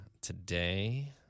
today